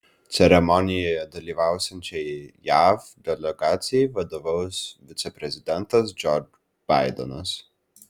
ceremonijoje dalyvausiančiai jav delegacijai vadovaus viceprezidentas džo baidenas